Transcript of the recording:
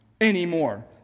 anymore